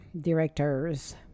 directors